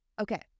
Okay